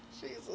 Jesus